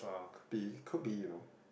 could be could be you know